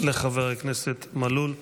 תודה לחבר הכנסת מלול.